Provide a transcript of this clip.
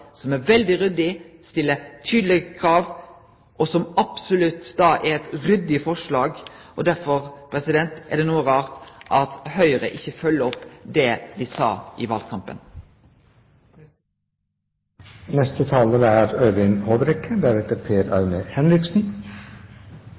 som er veldig ryddig, og som stiller tydelege krav. Derfor er det noko rart at Høgre ikkje følgjer opp det dei sa i valkampen.